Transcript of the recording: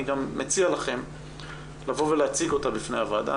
אני גם מציע לכם לבוא ולהציג אותה בפני הוועדה,